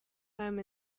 time